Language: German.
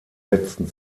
letzten